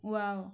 wow